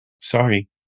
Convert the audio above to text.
Sorry